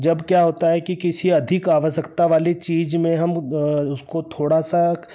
जब क्या होता है कि किसी अधिक आवश्यकता वाली चीज़ में हम ब उसको थोड़ा सा